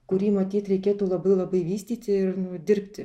kurį matyt reikėtų labai labai vystyti ir nu dirbti